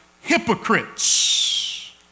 hypocrites